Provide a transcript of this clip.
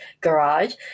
garage